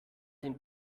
den